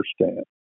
understand